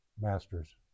master's